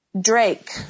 Drake